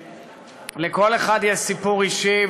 לכל אחד יש סיפור אישי,